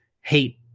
hate